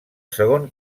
segon